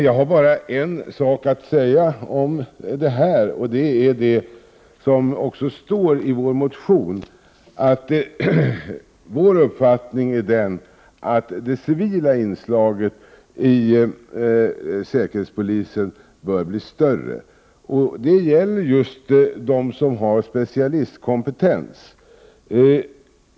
Jag har bara en sak att säga om detta — det står också i vår motion — nämligen att det är vår uppfattning att det civila inslaget i säkerhetspolisen bör bli större. Det gäller just dem som har specialistkompetens.